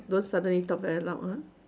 don't suddenly talk very loud ah